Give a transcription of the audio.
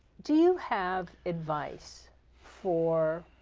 do you have advice for